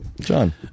John